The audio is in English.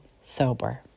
sober